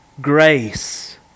grace